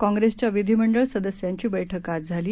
काँग्रेसच्या विधीमंडळ सदस्यांची बैठक आज झाली